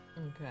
Okay